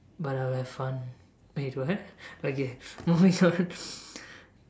but I'll have fun wait what okay moving on